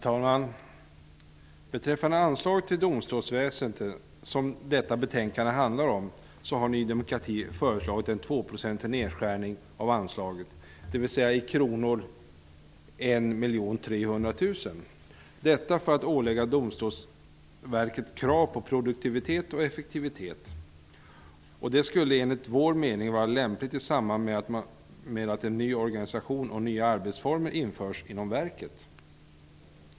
Herr talman! Beträffande anslag till domstolsväsendet, som detta betänkande handlar om, har Ny demokrati föreslagit en 2-procentig nedskärning av anslaget, dvs. med 1 300 000 kr, detta för att ålägga Domstolsverket krav på produktivitet och effektivitet. Det skulle, enligt vår mening, vara lämpligt i samband med att en ny organisation och nya arbetsformer införs inom verket.